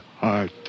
heart